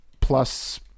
plus